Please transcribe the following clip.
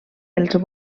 els